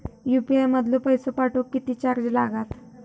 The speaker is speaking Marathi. यू.पी.आय मधलो पैसो पाठवुक किती चार्ज लागात?